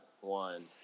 one